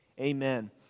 Amen